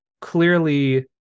clearly